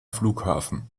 flughafen